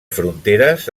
fronteres